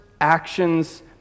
actions